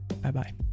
Bye-bye